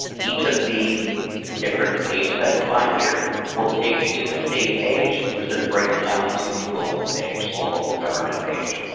each of these different pages that you will find here will take you to the state page which then breaks down to the local page so local government page.